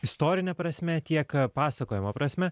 istorine prasme tiek pasakojimo prasme